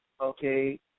okay